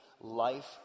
life